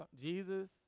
Jesus